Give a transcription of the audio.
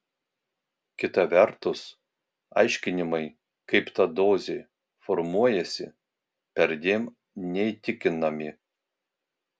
kita vertus aiškinimai kaip ta dozė formuojasi perdėm neįtikinami